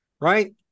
right